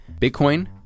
Bitcoin